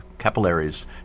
capillaries